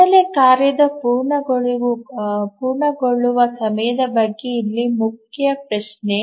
ಹಿನ್ನೆಲೆ ಕಾರ್ಯದ ಪೂರ್ಣಗೊಳ್ಳುವ ಸಮಯದ ಬಗ್ಗೆ ಇಲ್ಲಿ ಮುಖ್ಯ ಪ್ರಶ್ನೆ